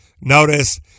Notice